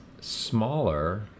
smaller